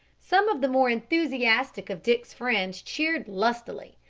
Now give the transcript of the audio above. some of the more enthusiastic of dick's friends cheered lustily,